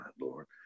lord